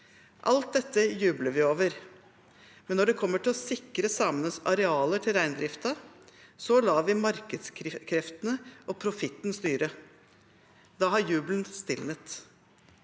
Alt dette jubler vi over, men når det gjelder å sikre samenes arealer til reindriften, lar vi markedskreftene og profitten styre. Da har jubelen stilnet.